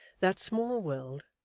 that small world,